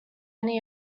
many